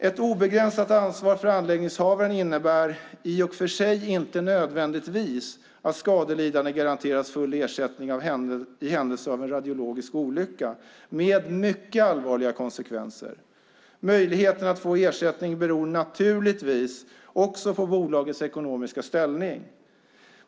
Ett obegränsat ansvar för anläggningshavaren innebär i och för sig inte nödvändigtvis att skadelidande garanteras full ersättning i händelse av en radiologisk olycka med mycket allvarliga konsekvenser. Möjligheten att få ersättning beror naturligtvis också på bolagets ekonomiska ställning.